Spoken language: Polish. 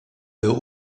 był